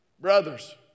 Brothers